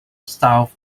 south